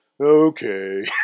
Okay